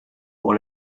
pour